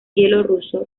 bielorruso